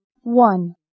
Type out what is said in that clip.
One